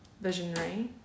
visionary